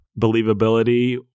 believability